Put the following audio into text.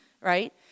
right